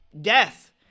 death